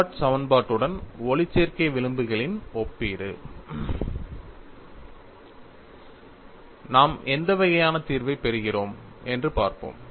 comparison of photo elastic fringes with Westergaard equations நாம் எந்த வகையான தீர்வைப் பெறுகிறோம் என்று பார்ப்போம்